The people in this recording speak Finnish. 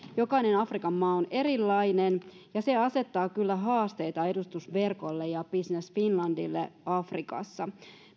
jokainen afrikan maa on erilainen ja se asettaa kyllä haasteita edustusverkolle ja business finlandille afrikassa